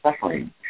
suffering